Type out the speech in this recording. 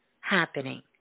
happening